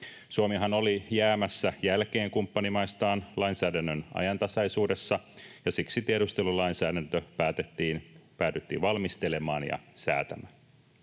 Suomihan oli jäämässä jälkeen kumppanimaistaan lainsäädännön ajantasaisuudessa, ja siksi tiedustelulainsäädäntö päädyttiin valmistelemaan ja säätämään.